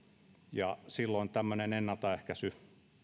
ja silloin tämmöinen ennaltaehkäisy